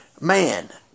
Man